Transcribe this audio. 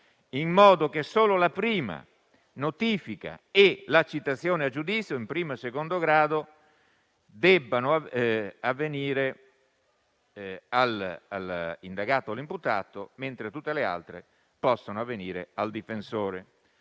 in modo che solo la prima notifica e la citazione a giudizio in primo e secondo grado debbano avvenire all'indagato o all'imputato, mentre tutte le altre possano avvenire al difensore.